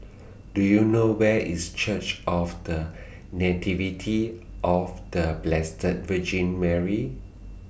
Do YOU know Where IS Church of The Nativity of The Blessed Virgin Mary